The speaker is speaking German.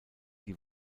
die